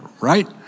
right